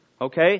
Okay